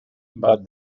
but